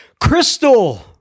crystal